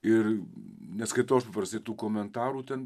ir neskaitau aš paprastai tų komentarų ten